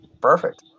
Perfect